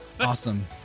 awesome